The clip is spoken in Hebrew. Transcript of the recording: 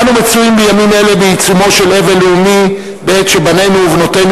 אנו מצויים בימים אלה בעיצומו של אבל לאומי בעת שבנינו ובנותינו